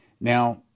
Now